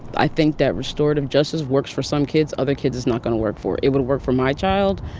i think that restorative justice works for some kids. other kids, it's not going to work for. it would've worked for my child,